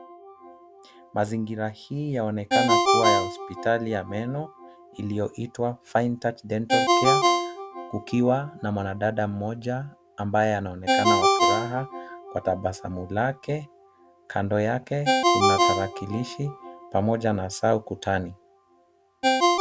Mazingira hii yaonekana kuwa ya hospitali ya meno iliyoitwa FineTouch dental care , kukiwa na mwanadada mmoja ambaye anaonekana wa furaha na tabasamu lake. Kando yake kuna tarakilishi pamoja na saa ukutani.